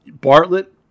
Bartlett